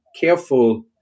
careful